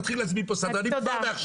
תתחילי להזמין לפה סדרנים כבר מעכשיו.